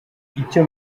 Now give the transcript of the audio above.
icyo